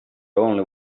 only